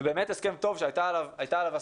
והוא באמת הסכם טוב שהייתה עליו הסכמה,